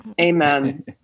Amen